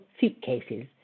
suitcases